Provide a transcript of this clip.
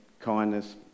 kindness